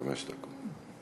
חמש דקות.